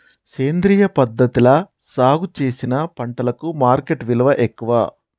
సేంద్రియ పద్ధతిలా సాగు చేసిన పంటలకు మార్కెట్ విలువ ఎక్కువ